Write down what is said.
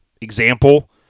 Example